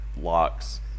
locks